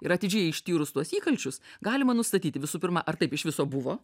ir atidžiai ištyrus tuos įkalčius galima nustatyti visų pirma ar taip iš viso buvo